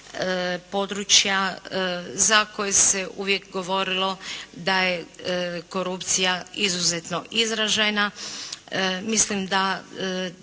područja za koji se uvijek govorilo da je korupcija izuzetno izražajna. Mislim da